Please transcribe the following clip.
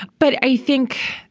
but i think,